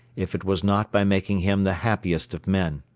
if it was not by making him the happiest of men?